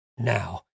now